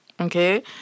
Okay